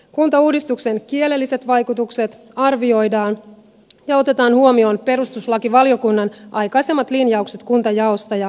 kuntauudistuksen kielelliset vaikutukset arvioidaan ja otetaan huomioon perustuslakivaliokunnan aikaisemmat linjaukset kuntajaosta ja hallinnon uudistuksista